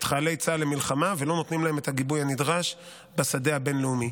חיילי צה"ל למלחמה ולא נותנים להם את הגיבוי הנדרש בשדה הבין-לאומי.